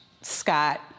Scott